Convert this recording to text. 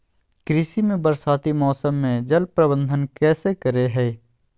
कृषि में बरसाती मौसम में जल प्रबंधन कैसे करे हैय?